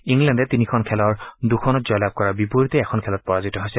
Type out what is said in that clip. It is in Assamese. ইংলেণ্ডে তিনিখন খেলৰ দুখনত জয়লাভ কৰাৰ বিপৰীতে এখন খেলত পৰাজিত হৈছে